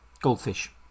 goldfish